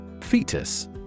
Fetus